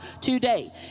today